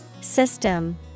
System